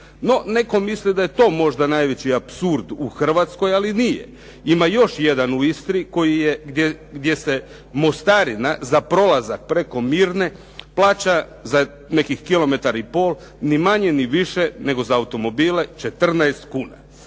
netko misli da je to možda najveći apsurd u Hrvatskoj, ali nije. Ima još jedan u Istri gdje se mostarina za prolazak preko Mirne plaća, za nekih kilometar i pol, ni manje ni više nego za automobile 14 kuna.